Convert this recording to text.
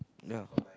no